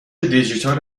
دیجیتال